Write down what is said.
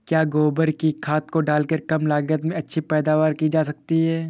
क्या गोबर की खाद को डालकर कम लागत में अच्छी पैदावारी की जा सकती है?